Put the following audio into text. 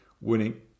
winning